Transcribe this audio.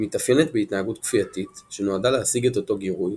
היא מתאפיינת בהתנהגות כפייתית שנועדה להשיג את אותו גירוי,